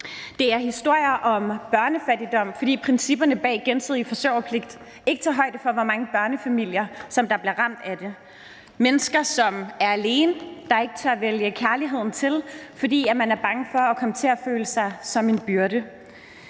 Det er historier om børnefattigdom, fordi principperne bag gensidig forsørgerpligt ikke tager højde for, hvor mange børnefamilier der bliver ramt af det. Det er mennesker, som er alene, der ikke tør vælge kærligheden til, fordi de er bange for at komme til at føle sig som en byrde.